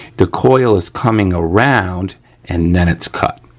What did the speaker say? the coil is coming around and then its cut,